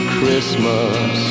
Christmas